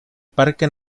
parque